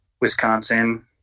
Wisconsin